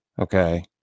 okay